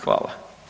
Hvala.